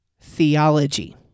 theology